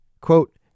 Quote